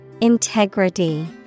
Integrity